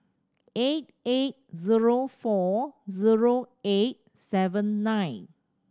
eight eight zero four zero eight seven nine